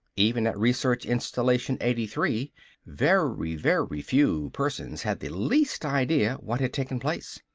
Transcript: even at research installation eighty three very, very few persons had the least idea what had taken place.